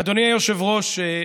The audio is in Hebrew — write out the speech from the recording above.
אדוני היושב-ראש,